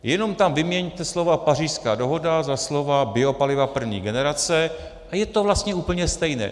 Jenom tam vyměňte slova Pařížská dohoda za slova biopaliva první generace a je to vlastně úplně stejné.